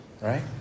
right